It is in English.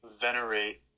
venerate